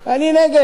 אני נגד.